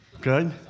Good